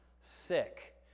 sick